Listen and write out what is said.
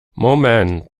moment